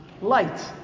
light